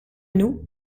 nous